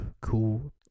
cool